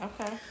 okay